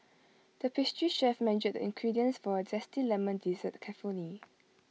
the pastry chef measured the ingredients for A Zesty Lemon Dessert carefully